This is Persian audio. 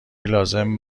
لازم